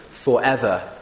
Forever